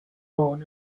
born